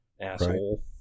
asshole